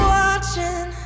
watching